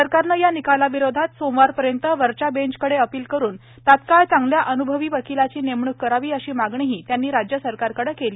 सरकारने या निकालाविरोधात सोमवारपर्यंत वरच्या बेंचकडे अपील करून तात्काळ चांगल्या अन्भवी वकिलाची नेमणूक करावी अशी मागणीही त्यांनी राज्य सरकारकडे केली